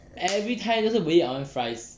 everytime 都是 babe I want fries